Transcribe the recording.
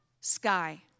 sky